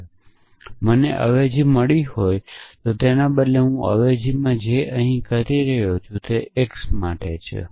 x માટે મને અવેજીજે હું અહીં કરી રહ્યો છું તેના બદલે વાક્ય મળ્યું હોત તે છે જે છે